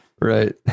Right